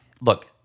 Look